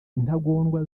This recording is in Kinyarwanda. intagondwa